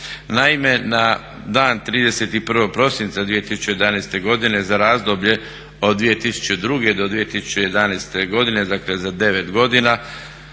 Naime, na dan 31. prosinca 2011. godine za razdoblje od 2002. do 2011. godine, dakle za 9 godina,